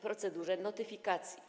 procedurze notyfikacji.